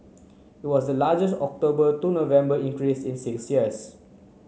it was the largest October to November increase in six years